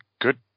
good